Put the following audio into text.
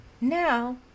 now